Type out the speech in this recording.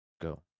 go